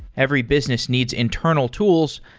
every business needs internal tools,